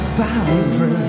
boundaries